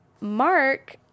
Mark